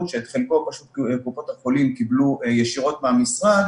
שאת חלקו קופות החולים קיבלו ישירות מהמשרד